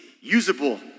usable